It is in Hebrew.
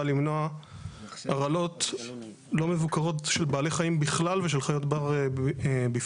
למנוע הרעלות לא מבוקרות של בעלי חיים בכלל ושל חיות בר בפרט.